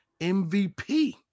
MVP